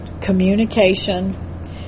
communication